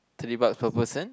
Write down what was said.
thirty bucks per person